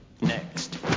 Next